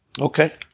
Okay